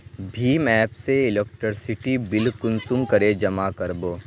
भीम app से electricity bill कुंसम करे जमा कर बो?